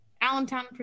Allentown